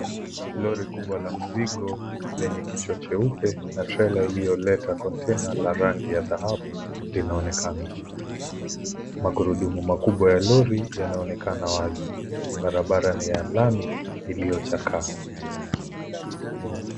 Lori kubwa la mzigo lenye kichwa cheupe na trela iliyoleta kontena la rangi ya dhahabu linaonekana. Magurudumu makubwa ya lori yanaonekana wazi. Barabara ni ya lami iliyochakaa.